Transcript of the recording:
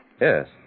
Yes